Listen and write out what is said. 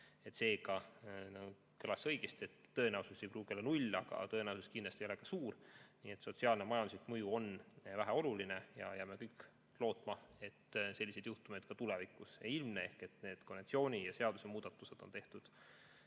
Seega kõlas siin õigesti, et tõenäosus ei pruugi olla null, aga tõenäosus kindlasti ei ole ka suur. Nii et sotsiaalne ja majanduslik mõju on väheoluline. Jääme kõik lootma, et selliseid juhtumeid ka tulevikus ei ilmne ehk need konventsiooni- ja seadusemuudatused on tehtud